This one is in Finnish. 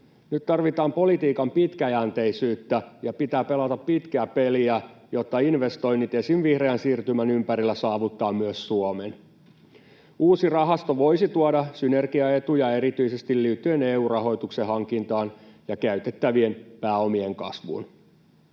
Nyt tarvitaan politiikan pitkäjänteisyyttä ja pitää pelata pitkää peliä, jotta investoinnit esim. vihreän siirtymän ympärillä saavuttavat myös Suomen. Uusi rahasto voisi tuoda synergiaetuja erityisesti liittyen EU-rahoituksen hankintaan ja käytettävien pääomien kasvuun.